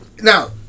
Now